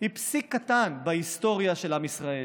היא פסיק קטן בהיסטוריה של עם ישראל,